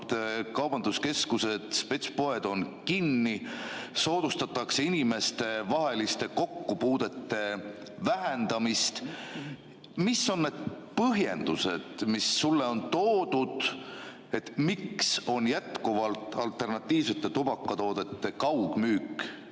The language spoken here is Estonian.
kaubanduskeskused ja spetspoed on kinni, soodustatakse inimestevaheliste kokkupuudete vähendamist. Mis on need põhjendused, mis sulle on toodud, miks on jätkuvalt alternatiivsete tubakatoodete kaugmüük